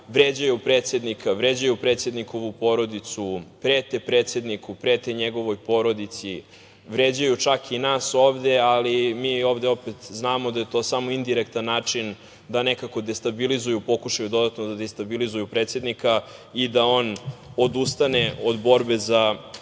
vređaju predsednika, vređaju predsednikovu porodicu, prete predsedniku, prete njegovoj porodici, vređaju čak i nas ovde, ali mi ovde opet znamo da je to samo indirektan način da nekako destabilizuju, pokušaju dodatno da destabilizuju predsednika i da on odustane od borbe za bolju